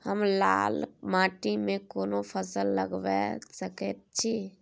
हम लाल माटी में कोन फसल लगाबै सकेत छी?